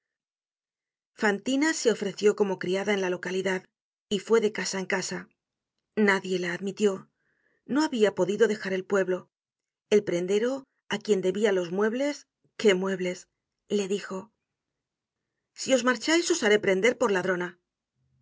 fantina se ofreció como criada en la localidad y fué de casa en casa nadie la admitió no habia podido dejar el pueblo el prendero á quien debia los muebles qué muebles le dijo si os marchais os haré prender por ladrona